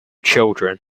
children